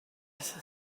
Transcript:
esta